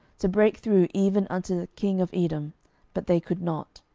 to break through even unto the king of edom but they could not.